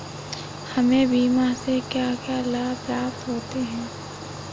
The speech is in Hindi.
हमें बीमा से क्या क्या लाभ प्राप्त होते हैं?